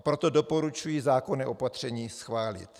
Proto doporučuji zákonné opatření schválit.